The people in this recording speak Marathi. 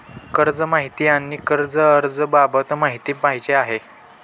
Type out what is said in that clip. कर्ज माहिती आणि कर्ज अर्ज बाबत माहिती पाहिजे आहे